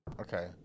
Okay